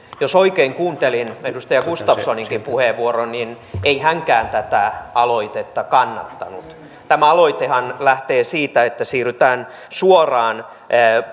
jos oikein kuuntelin edustaja gustafssoninkin puheenvuoron niin ei hänkään tätä aloitetta kannattanut tämä aloitehan lähtee siitä että siirrytään suoraan